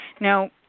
Now